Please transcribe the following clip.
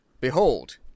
behold